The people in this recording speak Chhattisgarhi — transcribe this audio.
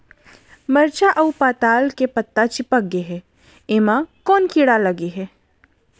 मरचा अऊ पताल के पत्ता चिपक गे हे, एमा कोन कीड़ा लगे है?